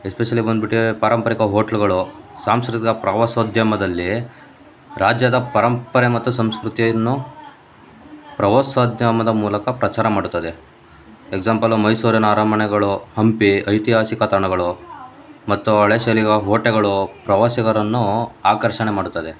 especially ಬಂದ್ಬಿಟ್ಟು ಪಾರಂಪರಿಕ ಹೊಟ್ಲುಗಳು ಸಾಂಸ್ಕೃತಿಕ ಪ್ರವಾಸೋದ್ಯಮದಲ್ಲಿ ರಾಜ್ಯದ ಪರಂಪರೆ ಮತ್ತು ಸಂಸ್ಕೃತಿಯನ್ನು ಪ್ರವಾಸೋದ್ಯಮದ ಮೂಲಕ ಪ್ರಚಾರ ಮಾಡುತ್ತದೆ ಎಕ್ಸಾಂಪಲ್ಲು ಮೈಸೂರಿನ ಅರಮನೆಗಳು ಹಂಪಿ ಐತಿಹಾಸಿಕ ತಾಣಗಳು ಮತ್ತು ಹಳೆ ಶೈಲಿಗಳ ಹೋಟೆಗಳು ಪ್ರವಾಸಿಗರನ್ನು ಆಕರ್ಷಣೆ ಮಾಡುತ್ತದೆ